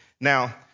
Now